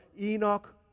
Enoch